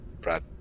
Brad